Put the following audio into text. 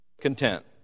content